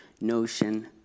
notion